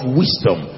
wisdom